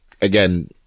again